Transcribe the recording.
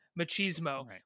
machismo